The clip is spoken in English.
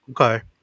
Okay